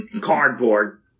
cardboard